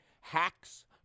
Hacks